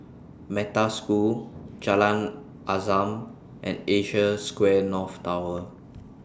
Metta School Jalan Azam and Asia Square North Tower